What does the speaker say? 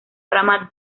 rama